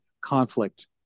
conflict